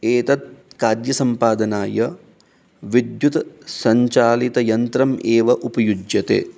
एतत् कार्यसम्पादनाय विद्युत् सञ्चालितयन्त्रम् एव उपयुज्यते